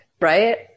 Right